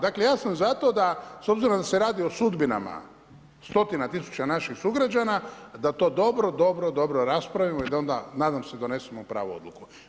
Dakle ja sam za to s obzirom da se radi o sudbinama stotina tisuća naših sugrađana da to dobro, dobro raspravimo i da onda nadam se donesemo pravu odluku.